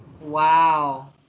Wow